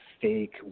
fake